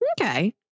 okay